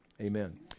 Amen